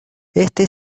este